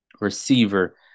receiver